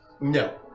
No